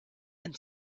and